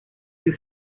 you